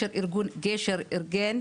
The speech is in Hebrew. יש את ארגון 'גשר' שאירגן,